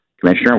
commissioner